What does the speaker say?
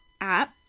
app